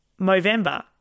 Movember